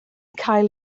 cael